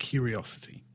Curiosity